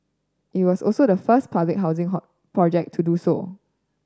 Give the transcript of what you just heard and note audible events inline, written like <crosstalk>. it was also the first public housing <unintelligible> project to do so